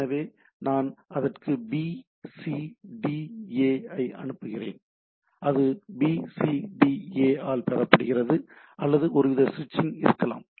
எனவே நான் அதற்கு BCDA ஐ அனுப்புகிறேன் அது BCDA ஆல் பெறப்படுகிறது அல்லது ஒருவித ஸ்விட்சிங் இருக்கலாம்